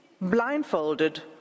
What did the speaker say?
blindfolded